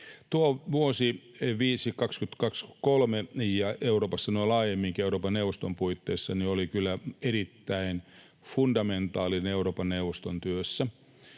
vuosi, 2023, Euroopassa noin laajemminkin, Euroopan neuvoston puitteissa, oli kyllä erittäin fundamentaalinen Euroopan neuvoston työssä.